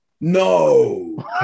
No